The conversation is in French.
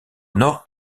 nord